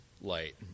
light